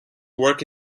work